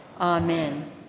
amen